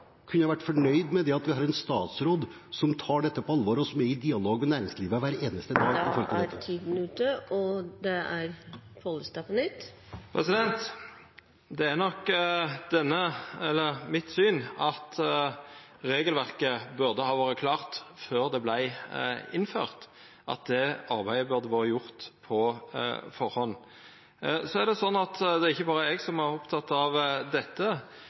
kunne vært fornøyd med at vi har en statsråd som tar dette på alvor, og som er i dialog med næringslivet hver eneste dag. Det er nok mitt syn at regelverket burde ha vore klart før det vart innført, at det arbeidet burde ha vore gjort på førehand. Det er ikkje berre eg som er oppteken av dette;